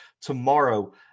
tomorrow